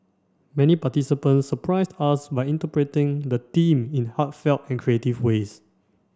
many participants surprised us by interpreting the theme in heartfelt and creative ways